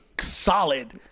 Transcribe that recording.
Solid